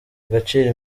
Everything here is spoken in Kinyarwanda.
agaciro